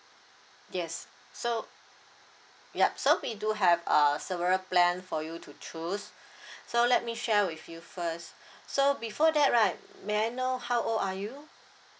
yes so yup so we do have uh several plan for you to choose so let me share with you first so before that right may I know how old are you